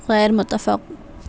غیر متفق